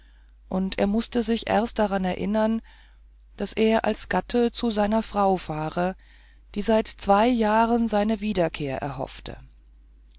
und er mußte sich erst daran erinnern daß er als der gatte zu seiner frau fahre die seit zwei jahren seine wiederkehr erhoffte